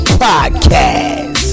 podcast